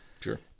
Sure